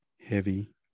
heavy